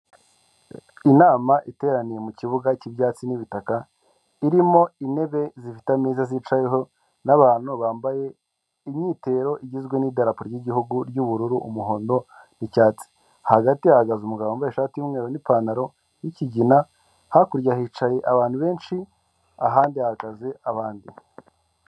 Inama iteraniye mu kibuga cy'ibyatsi n'ibitaka irimo intebe zifite ameza zicayeho n'abantu bambaye imyitero igizwe n'idarapo ry'Igihugu ry'ubururu, umuhondo n'icyatsi, hagati hahagaze umugabo wambaye ishati y'umweru n'ipantaro y'ikigina, hakurya hicaye abantu benshi, ahandi hahagaze abandi.